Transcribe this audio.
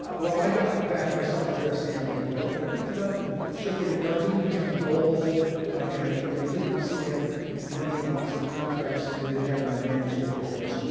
well, i got back my self-addressed stamped envelope, but i picked it up and shook it, and no, it didn't contain gold and, you know, it didn't seem to have money and lots of contracts in it. it had my manuscript, of course.